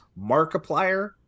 Markiplier